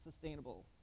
sustainable